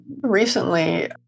recently